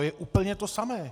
To je úplně to samé.